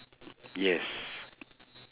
yes